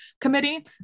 committee